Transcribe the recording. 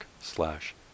slash